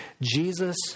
Jesus